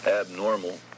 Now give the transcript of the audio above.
abnormal